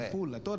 Pula